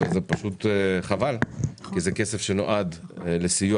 זה פשוט חבל כי זה כסף שנועד לסיוע